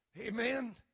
Amen